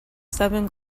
seven